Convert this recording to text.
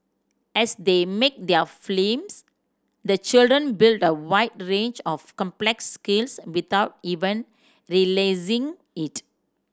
as they make their films the children build a wide range of complex skills without even realising it